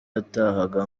yatahaga